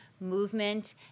movement